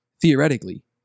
Theoretically